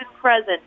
present